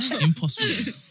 impossible